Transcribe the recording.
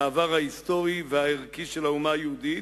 מהעבר ההיסטורי והערכי של המדינה היהודית,